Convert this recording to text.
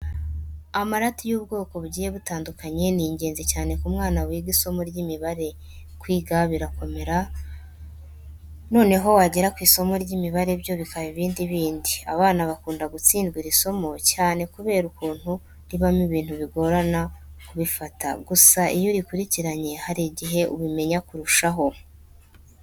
Amarati y'ubwoko bugiye butandukanye ni ingenzi cyane ku mwana wiga isomo ry'imibare. Kwiga birakomera noneho wagera ku isomo ry'imibare byo bikaba ibindi bindi. Abana bakunda gutsindwa iri somo cyane kubera ukuntu ribamo ibintu bigorana kubifata. Gusa iyo urikurikiranye hari igihe ubimenya kurushaho.